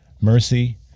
mercy